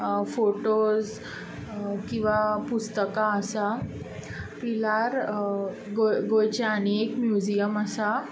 photos किंवा पुस्तकां आसा पिलार गोंयचें आनी एक म्युझीयम आसा